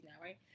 right